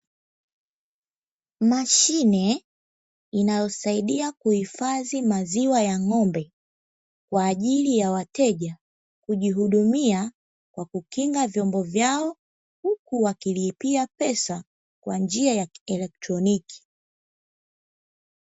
Mashine inayosaidia kuhifadhi maziwa ya ng’ombe, kwa ajili ya wateja kujihudumia kwa kukinga vyombo vyao, huku wakilipia pesa kwa njia ya kielektroniki.